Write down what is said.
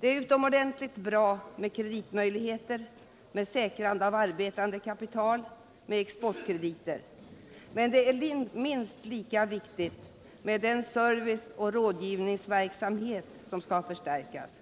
Det är utomordentligt bra med kreditmöjligheter, med säkrande av arbetande kapital och med exportkrediter, men det är minst lika viktigt med den serviceoch rådgivningsverksamhet som skall förstärkas.